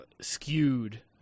skewed